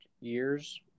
years